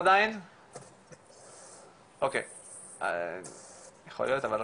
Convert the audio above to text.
אוקי מה שנעשה,